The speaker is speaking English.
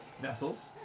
vessels